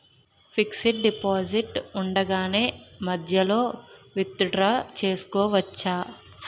Fixed deposit ఉండగానే మధ్యలో withdraw చేసుకోవచ్చా?